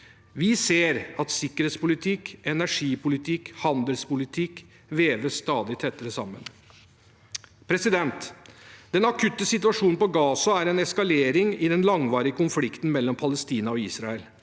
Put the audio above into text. Vi ser at sikkerhetspolitikk, energipolitikk og handelspolitikk veves stadig tettere sammen. Den akutte situasjonen i Gaza er en eskalering i den langvarige konflikten mellom Palestina og Israel.